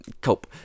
Cope